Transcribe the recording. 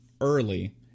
early